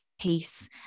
peace